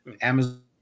Amazon